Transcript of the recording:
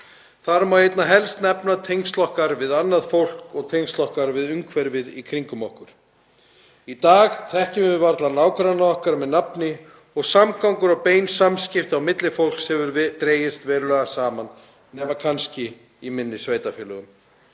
Þar má einna helst nefna tengsl okkar við annað fólk og tengsl okkar við umhverfið í kringum okkur. Í dag þekkjum við varla nágranna okkar með nafni og samgangur og bein samskipti á milli fólks hafa dregist verulega saman, nema kannski í minni sveitarfélögum.